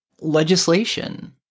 legislation